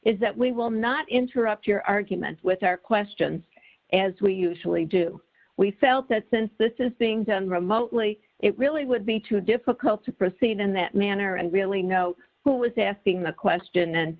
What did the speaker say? is that we will not interrupt your arguments with our questions as we usually do we felt that since this is being done remotely it really would be too difficult to proceed in that manner and really know who was asking the question then